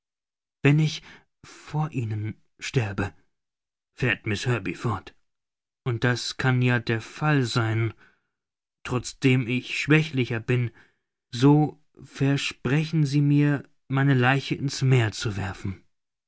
wenn ich vor ihnen sterbe fährt miß herbey fort und das kann ja der fall sein trotzdem ich schwächlicher bin so versprechen sie mir meine leiche in's meer zu werfen